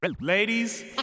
Ladies